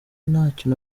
ntacyo